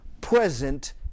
present